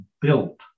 built